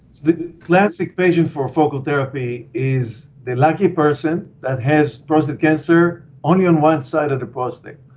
the classic patient for focal therapy is the lucky person that has prostate cancer only on one side of the prostate.